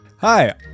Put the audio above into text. Hi